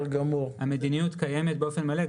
המדיניות קיימת באופן מלא.